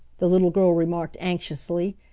the little girl remarked anxiously,